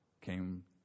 came